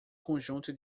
conjunto